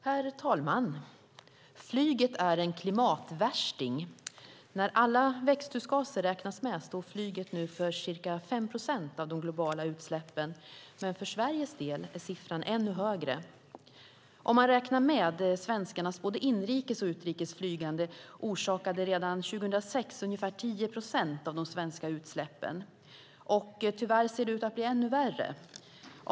Herr talman! Flyget är en klimatvärsting. När alla växthusgaser räknas med står flyget för ca 5 procent av de globala utsläppen. För Sveriges del är siffran ännu högre. Om man räknar med svenskarnas både inrikes och utrikes flygande orsakade det redan 2006 ungefär 10 procent av de svenska utsläppen, och det ser tyvärr ut att bli ännu värre.